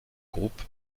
groupe